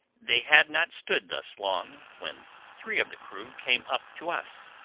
they had not stood thus long, when three of the crew came up to us.